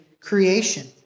creation